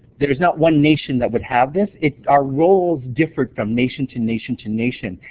there is not one nation that would have this. our roles differed from nation to nation to nation.